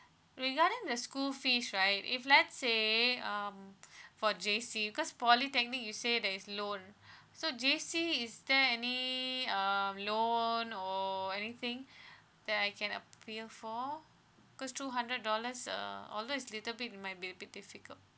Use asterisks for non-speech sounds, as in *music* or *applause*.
regarding the school fees right if let's say um *breath* for J_C because polytechnic you say there's loan *breath* so J_C is there any um loan or anything *breath* that I can appeal for cause two hundred dollars uh although is little bit it might a bit difficult